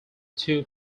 two